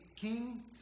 King